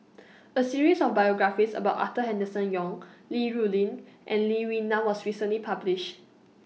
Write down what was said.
A series of biographies about Arthur Henderson Young Li Rulin and Lee Wee Nam was recently published